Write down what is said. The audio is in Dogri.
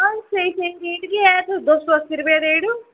हां स्हेई स्हेई रेट गै ऐ तुस दो सौ अस्सी रपेऽ देई ओड़ेओ